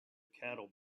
cattle